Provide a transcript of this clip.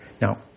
Now